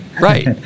Right